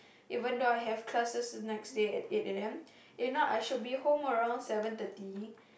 even though I have classes the next day at eight a_m if not I should be home around seven thirty